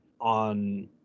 on